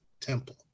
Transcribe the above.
temple